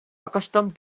accustomed